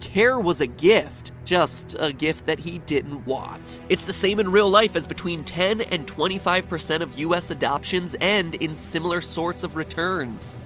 care was a gift. just a gift that he didn't want. it's the same in real life, as between ten and twenty five percent of u s. adoptions end in similar sorts of returns.